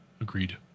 Agreed